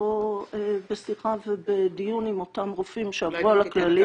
תבוא בשיחה ובדיון עם אותם רופאים שעברו על הכללים,